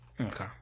Okay